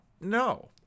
No